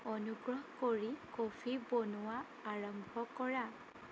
অনুগ্ৰহ কৰি কফি বনোৱা আৰম্ভ কৰা